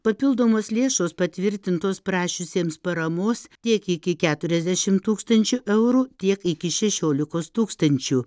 papildomos lėšos patvirtintos prašiusiems paramos tiek iki keturiasdešim tūkstančių eurų tiek iki šešiolikos tūkstančių